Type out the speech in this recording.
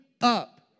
up